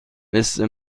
مثل